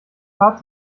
fahrt